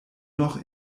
noch